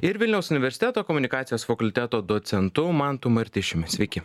ir vilniaus universiteto komunikacijos fakulteto docentu mantu martišiumi sveiki